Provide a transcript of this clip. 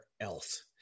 else